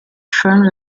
firm